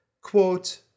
quote